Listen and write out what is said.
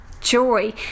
joy